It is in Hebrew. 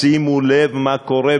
שימו לב מה קורה,